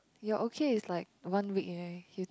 your okay is like one week right you